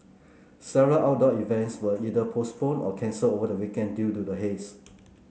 several outdoor events were either postponed or cancelled over the weekend due to the haze